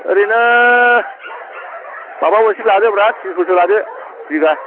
ओरैनो माबा मोनसे लादोब्रा थिन्छ'सो लादो बिघा